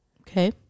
Okay